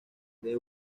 the